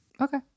Okay